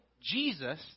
Jesus